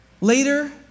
Later